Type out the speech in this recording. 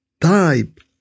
type